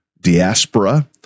Diaspora